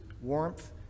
warmth